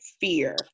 fear